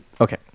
okay